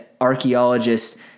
archaeologists